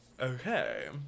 okay